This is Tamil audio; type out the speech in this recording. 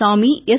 சாமி எஸ்